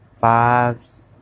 fives